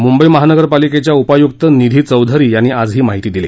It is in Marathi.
मुंबई महानगरपालिकेच्या उपायुक्त निधी चौधीरी यांनी आज ही माहिती दिली